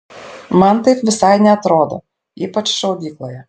man taip visai neatrodo ypač šaudykloje